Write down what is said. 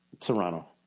Serrano